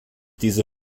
diese